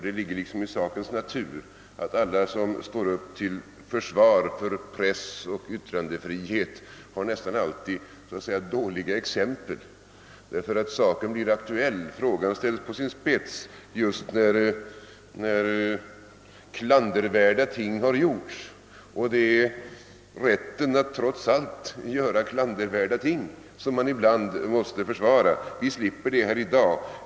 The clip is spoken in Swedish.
Det ligger liksom i sakens natur att alla som står upp till försvar för pressoch yttrandefrihet nästan alltid bemöts med exempel på hur den används på ett olämpligt sätt. Frågan blir nämligen aktuell och ställs på sin spets just när klandervärda ting har förekommit, och det är rätten att göra klandervärda ting som man ibland måste försvara. Vi har sluppit en sådan debatt här i dag.